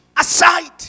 aside